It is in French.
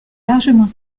largement